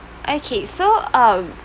okay so um